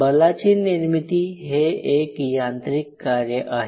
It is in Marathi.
बलाची निर्मिती हे एक यांत्रिक कार्य आहे